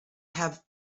have